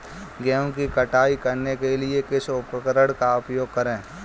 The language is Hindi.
गेहूँ की कटाई करने के लिए किस उपकरण का उपयोग करें?